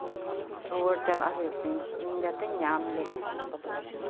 ᱨᱩᱣᱟᱹᱲ ᱪᱟᱞᱟᱜ ᱦᱩᱭᱩᱜ ᱛᱤᱧᱟᱹ ᱤᱧ ᱡᱟᱛᱮᱧ ᱧᱟᱢᱜᱮ